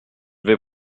vais